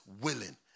willing